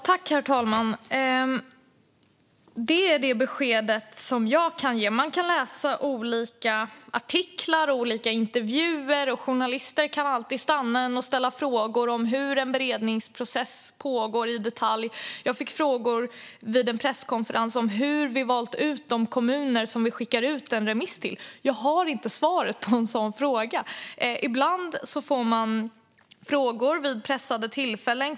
Herr talman! Det är det besked som jag kan ge. Man kan läsa olika artiklar och olika intervjuer. Och journalister kan alltid stanna en och ställa frågor i detalj om hur en beredningsprocess pågår. Jag fick frågan vid en presskonferens om hur vi valt ut de kommuner som vi skickar ut en remiss till. Jag har inte svaret på en sådan fråga. Ibland får man frågor vid pressade tillfällen.